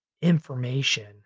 information